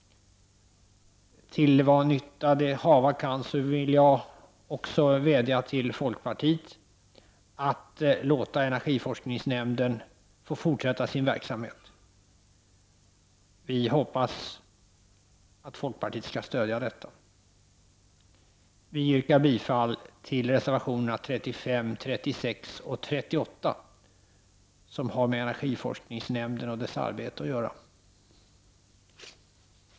Till vad nytta det än må vara vädjar jag också till folkpartiet att låta energiforskningsnämnden få fortsätta sin verksamhet. Jag hoppas att folkpartiet skall stödja detta. Jag yrkar bifall till reservationerna 35, 36 och 38, som har med energiforskningsnämnden och dess arbete att göra.